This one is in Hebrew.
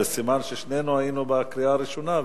זה סימן ששנינו היינו בקריאה הראשונה,